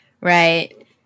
Right